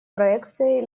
проекцией